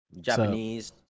japanese